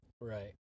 Right